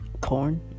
corn